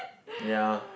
ya